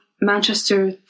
Manchester